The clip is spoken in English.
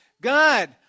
God